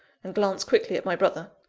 and glance quickly at my brother.